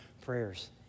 prayers